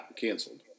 canceled